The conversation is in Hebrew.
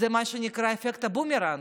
זה מה שנקרא אפקט הבומרנג.